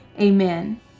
Amen